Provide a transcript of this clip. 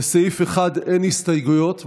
לסעיף 1 אין הסתייגויות,